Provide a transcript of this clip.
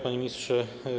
Panie Ministrze!